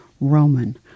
Roman